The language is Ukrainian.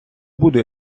буду